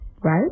right